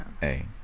Hey